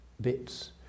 bits